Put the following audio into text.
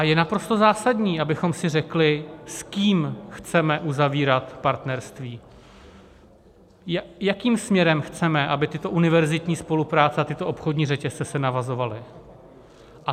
Je naprosto zásadní, abychom si řekli, s kým chceme uzavírat partnerství, jakým směrem chceme, aby se tyto univerzitní spolupráce a tyto obchodní řetězce navazovaly.